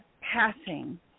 passing